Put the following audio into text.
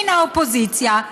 מן האופוזיציה,